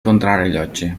contrarellotge